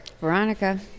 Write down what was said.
Veronica